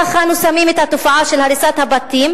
כך אנו שמים את התופעה של הריסת הבתים